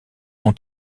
ont